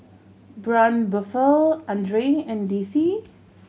Braun Buffel Andre and D C